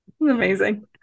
Amazing